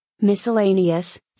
Miscellaneous